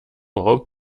raum